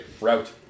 Route